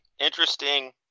interesting